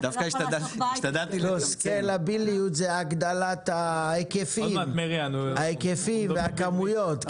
'סקלביליות' זה הגדלת ההיקפים והכמויות.